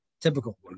Typical